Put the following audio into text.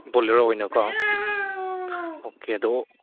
ꯕꯣꯂꯦꯔꯣ ꯑꯣꯏꯅ ꯀꯣ ꯑꯣꯀꯦ ꯑꯗꯣ